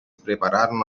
preparano